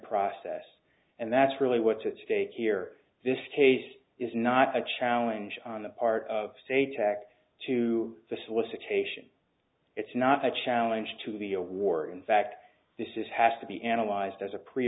process and that's really what's at stake here this case is not a challenge on the part of a tack to the solicitation it's not a challenge to be a war in fact this is has to be analyzed as a pre